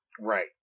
Right